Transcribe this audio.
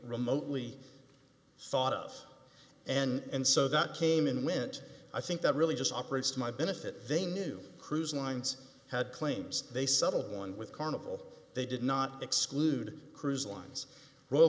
remotely thought of and so that came in wint i think that really just operates to my benefit they knew cruise lines had claims they settled one with carnival they did not exclude cruise lines royal